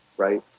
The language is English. right?